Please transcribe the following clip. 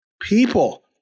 people